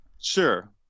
Sure